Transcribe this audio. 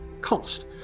cost